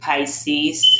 Pisces